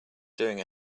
doing